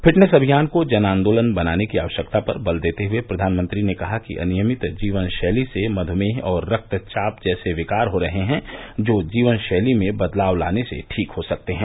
fitness अभियान को जन आंदोलन बनाने की आवश्यकता पर बल देते हुए प्रधानमंत्री ने कहा कि अनियमित जीवन शैली से मध्मेह और रक्तचाप जैसे विकार हो रहे हैं जो जीवनशैली में बदलाव लाने से ठीक हो सकते हैं